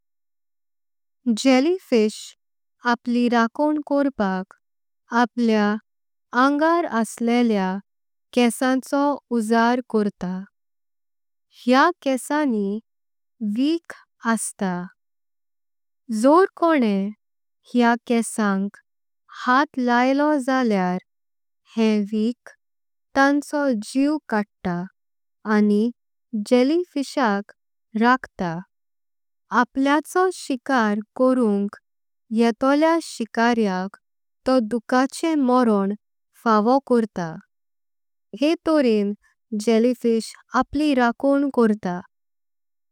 जेलीफिश आपली रखणण करपाक आपल्या आंगार। असलेल्या केंसाचो उजार करता हेया केंसाणिं। विक्क आस्ता जोर कोणें हेया केंसांक हाथ लायलो। जाल्यार हें विक्क तांचो जीव काडता आनी। जेलीफिशाक राखता आपल्या शिकार करूं‌क। येतोल्या शिकारेक तो दुखाचें मोरॉंण फावो करता। हे तोरणजेलीफिश आपली रखणण करता।